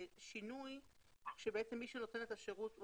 שינוי שבעצם מי שנותן את השירות ההיא